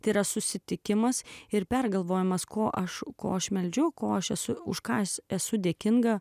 tai yra susitikimas ir pergalvojimas ko aš ko aš meldžiau košė su už ką aš esu dėkinga